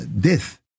death